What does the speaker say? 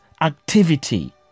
activity